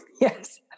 Yes